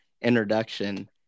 introduction